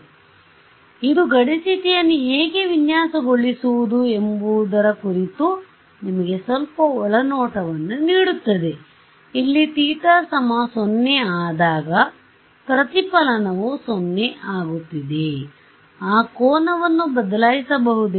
ಆದ್ದರಿಂದ ಇದು ಗಡಿ ಸ್ಥಿತಿಯನ್ನು ಹೇಗೆ ವಿನ್ಯಾಸಗೊಳಿಸುವುದು ಎಂಬುದರ ಕುರಿತು ನಿಮಗೆ ಸ್ವಲ್ಪ ಒಳನೋಟವನ್ನು ನೀಡುತ್ತದೆ ಇಲ್ಲಿ θ ೦ ಆದಾಗ ಪ್ರತಿಫಲನವು 0 ಆಗುತ್ತಿದೆ ಆ ಕೋನವನ್ನು ಬದಲಾಯಿಸಬಹುದೇ